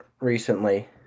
recently